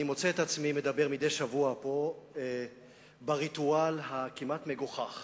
אני מוצא את עצמי מדבר מדי שבוע פה בריטואל הכמעט מגוחך